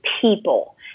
people